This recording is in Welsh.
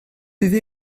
iddi